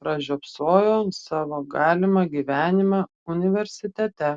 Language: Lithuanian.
pražiopsojo savo galimą gyvenimą universitete